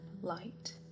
light